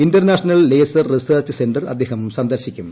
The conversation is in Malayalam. ഇന്റർനാഷണൽ ലേസർ റിസർച്ച് സെന്റർ അദ്ദേഹം സന്ദർശിക്കും